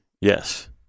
Yes